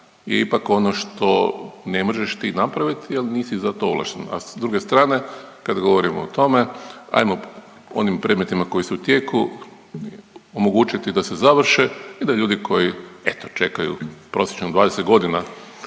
je ipak ono što ne možeš ti napravit jel nisi za to ovlašten, a sa druge strane kad govorimo o tome ajmo o onim predmetima koji su u tijeku omogućiti da se završe i da ljudi koji eto čekaju prosječno 20.g. na